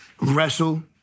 Wrestle